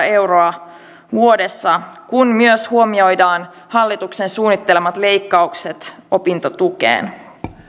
euroa vuodessa kun myös huomioidaan hallituksen suunnittelemat leikkaukset opintotukeen